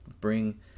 Bring